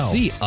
see